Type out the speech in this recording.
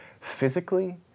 physically